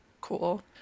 cool